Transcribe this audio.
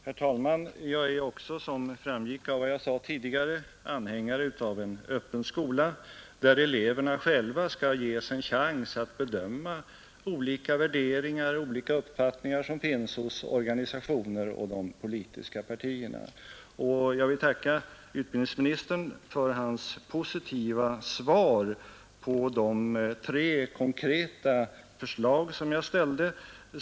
Herr talman! Jag är också, som framgick av vad jag tidigare sade, anhängare av en öppen skola där eleverna själva skall ges en chans att bedöma olika värderingar och olika uppfattningar som finns hos organisationer och de politiska partierna. Jag vill tacka utbildningsministern för hans positiva svar på de tre konkreta förslag som jag ställde.